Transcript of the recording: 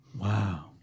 Wow